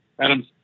Adams